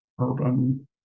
urban